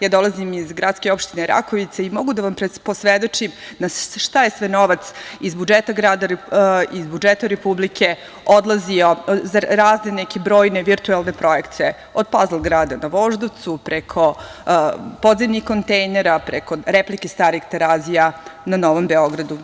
Ja dolazim iz gradske opštine Rakovica i mogu da vam posvedočim na šta je sve novac iz budžeta Republike odlazio, za razne neke brojne virtuelne projekte, od „Pazl grada“ na Voždovcu, preko podzemnih kontejnera, preko replike starih Terazija na Novom Beogradu.